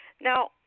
Now